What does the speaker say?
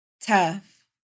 tough